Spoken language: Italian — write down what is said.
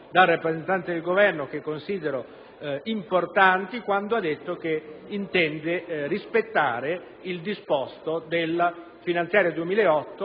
del rappresentante del Governo che considero importanti, allorquando ha detto che intende rispettare il disposto della finanziaria 2008